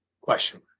Question